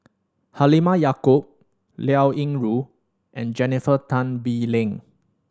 Halimah Yacob Liao Yingru and Jennifer Tan Bee Leng